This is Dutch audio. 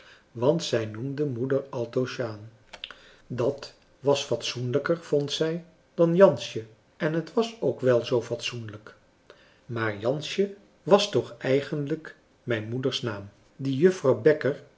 want zij noemde moeder altoos jeanne dat was fatsoenlijker vond zij dan jansje en het is ook wel zoo fatsoenlijk maar jansje was toch eigenlijk mijn moeders naam die juffrouw bekker